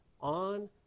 on